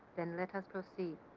then let us proceed.